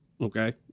okay